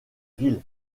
ville